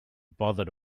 bother